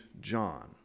John